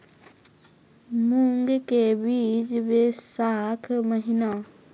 मूंग के बीज बैशाख महीना